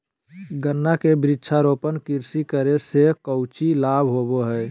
गन्ना के वृक्षारोपण कृषि करे से कौची लाभ होबो हइ?